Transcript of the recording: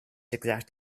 exact